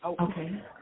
Okay